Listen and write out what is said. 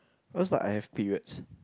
cause like I have periods